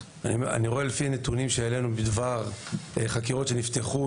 אני רואה לפי הנתונים שהעלינו בדבר חקירות שנפתחו,